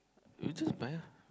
you just buy ah